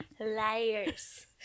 Liars